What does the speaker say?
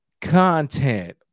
content